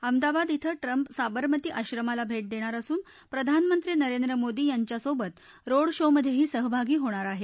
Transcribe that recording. अहमदाबाद िक्र ट्रम्प साबरमती आश्रमाला भेट देणार असून प्रधानमंत्री नरेंद्र मोदी यांच्यासोबत रोड शोमधेही सहभागी होणार आहेत